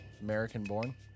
American-born